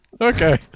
Okay